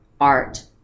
art